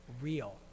real